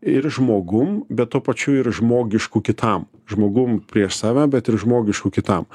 ir žmogum bet tuo pačiu ir žmogišku kitam žmogum prieš save bet ir žmogišku kitam